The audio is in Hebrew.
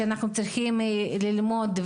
שנלמד,